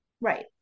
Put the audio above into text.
right